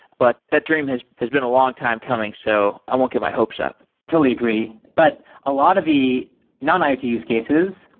but that dream has has been a long time coming, so i won't get my hopes up totally agree. but a lot of the non-iot use cases,